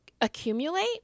accumulate